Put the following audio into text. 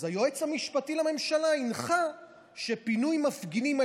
אז היועץ המשפטי לממשלה הנחה שפינוי מפגינים על